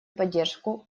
поддержку